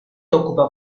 occupa